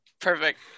perfect